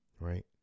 Right